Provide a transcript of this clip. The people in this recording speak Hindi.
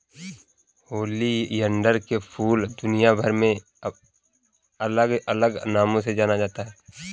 ओलियंडर के फूल दुनियाभर में अलग अलग नामों से जाना जाता है